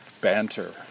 banter